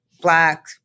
Black